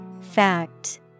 Fact